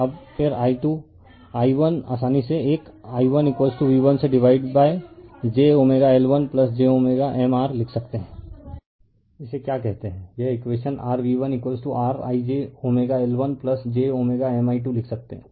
अब फिर i1 आसानी से एक i1v1से divided by j L1 j M r लिख सकते है इसे क्या कहते हैं यह equation rv1 rij L1j M i 2 लिख सकते है